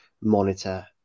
monitor